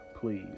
please